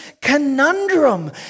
conundrum